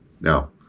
Now